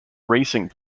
racing